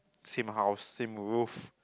same house same roof